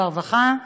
הרווחה והבריאות,